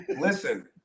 Listen